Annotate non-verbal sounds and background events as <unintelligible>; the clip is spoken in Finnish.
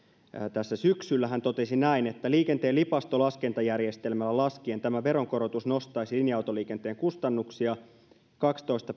tässä syksyllä hän totesi näin liikenteen lipasto laskentajärjestelmällä laskien tämä veronkorotus nostaisi linja autoliikenteen kustannuksia kaksitoista <unintelligible>